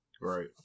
Right